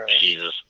Jesus